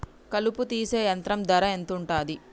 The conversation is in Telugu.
కలుపు తీసే యంత్రం ధర ఎంతుటది?